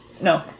No